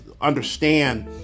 understand